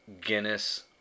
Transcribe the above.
Guinness